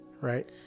Right